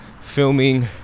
Filming